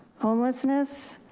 homelessness,